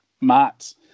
mats